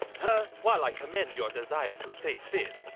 huh? while i commend your desire to stay fit,